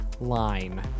line